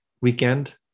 weekend